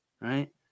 right